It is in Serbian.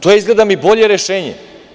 To je, izgleda mi, bolje rešenje.